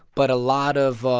but a lot of